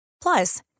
Plus